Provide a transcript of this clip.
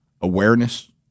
awareness